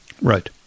Right